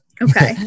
Okay